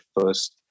first